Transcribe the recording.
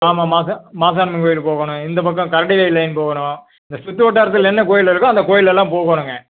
ஆமாம் மாசா மாசாணி அம்மன் கோயில் போகணும் இந்த பக்கம் போகணும் இந்த சுத்துவட்டாரத்தில் என்ன கோயில் இருக்கோ அந்த கோயில் எல்லாம் போகணுங்க